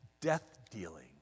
death-dealing